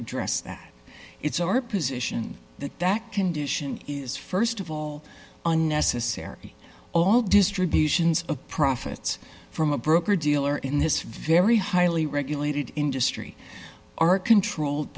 address that it's our position that that condition is st of all unnecessary all distributions of profits from a broker dealer in this very highly regulated industry are controlled